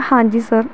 ਹਾਂਜੀ ਸਰ